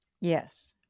Yes